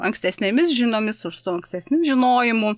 ankstesnėmis žiniomis su su ankstesniu žinojimu